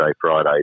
Friday